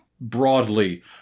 broadly